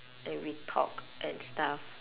and we talked and stuff